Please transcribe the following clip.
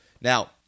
Now